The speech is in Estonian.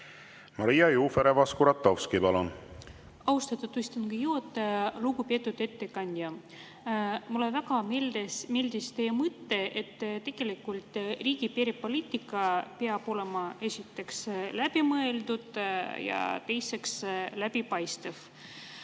Maria Jufereva-Skuratovski, palun! Austatud istungi juhataja! Lugupeetud ettekandja! Mulle väga meeldis teie mõte, et riigi perepoliitika peab olema esiteks läbimõeldud ja teiseks läbipaistev.